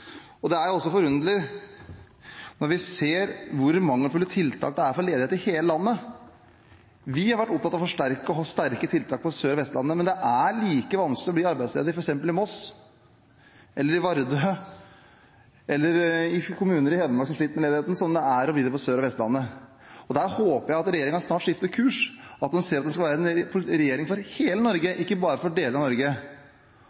budsjett. Det er også forunderlig å se hvor mangelfulle tiltak det er mot ledighet i hele landet. Vi har vært opptatt av å ha sterke tiltak på Sør- og Vestlandet, men det er like vanskelig å bli arbeidsledig i f.eks. Moss eller Vardø, eller i kommuner i Hedmark som sliter med ledighet, som det er på Sør- og Vestlandet. Der håper jeg at regjeringen snart skifter kurs, at man sier at man skal være en regjering for